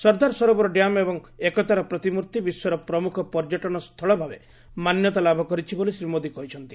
Sardar Sarovar dam ଏବଂ ଏକତାର ପ୍ରତିମୂର୍ତ୍ତି ବିଶ୍ୱର ପ୍ରମୁଖ ପର୍ଯ୍ୟଟନ ସ୍ଥଳ ଭାବେ ମାନ୍ୟତା ଲାଭ କରିଛି ବୋଲି ଶ୍ରୀ ମୋଦୀ କହିଛନ୍ତି